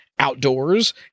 Outdoors